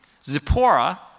Zipporah